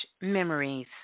memories